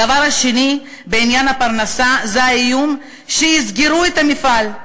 הדבר השני בעניין הפרנסה זה האיום שיסגרו את המפעל.